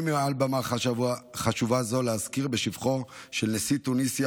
מעל במה חשובה זו ראוי להזכיר את שבחו של נשיא תוניסיה,